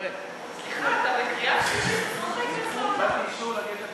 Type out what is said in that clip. סליחה, אתה בקריאה שלישית, אסור לך להיכנס לאולם.